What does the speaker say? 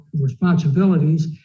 responsibilities